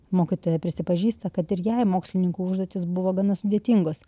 mokytoja prisipažįsta kad ir jai mokslininkų užduotys buvo gana sudėtingos